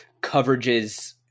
coverages